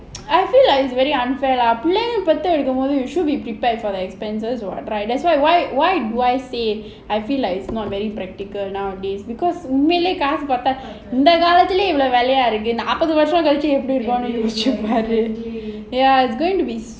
I feel like it's very unfair lah பிள்ளைங்க பெத்தெடுக்கும்போது:pillainga pethedukumpothu you should be prepared for the expenses [what] right that's why why why why say I feel like it's not very practical nowadays because உண்மையிலேயே இவ்ளோ வெள்ளையா இருக்குதே:unmailayae ivlo vellaiyaa irukuthae ya it's going to be